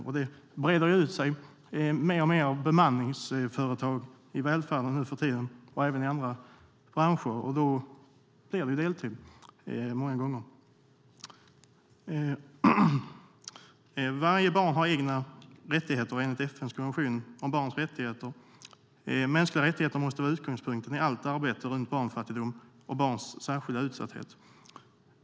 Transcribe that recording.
Detta brer också ut sig; det är mer och mer av bemanningsföretag i välfärden och även i andra branscher nu för tiden. Då blir det många gånger deltid. Varje barn har egna rättigheter enligt FN:s konvention om barns rättigheter. Mänskliga rättigheter måste vara utgångspunkten i allt arbete runt barnfattigdom och barns särskilda utsatthet.